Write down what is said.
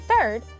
third